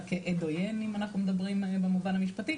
כעד עוין אם אנחנו מדברים במובן המשפטי,